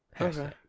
Okay